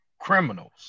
criminals